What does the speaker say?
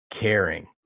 caring